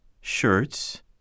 shirts